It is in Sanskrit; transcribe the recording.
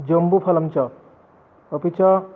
जम्बुफलं च अपि च